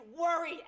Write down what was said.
worry